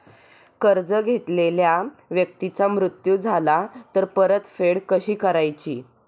कर्ज घेतलेल्या व्यक्तीचा मृत्यू झाला तर परतफेड कशी करायची?